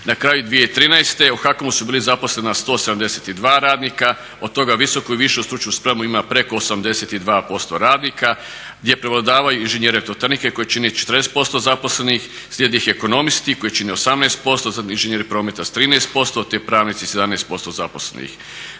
Na kraju 2013. u HAKOM-u su bila zaposlena 172 radnika, od toga visoku i višu stručnu spremu ima preko 82% radnika gdje prevladavaju inženjeri elektrotehnike koji čine 40% zaposlenih, slijede ih ekonomisti koji čine 18%, inženjeri prometa sa 13% te pravnici 17% zaposlenih.